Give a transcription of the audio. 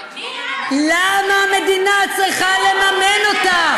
את לא מממנת אותה.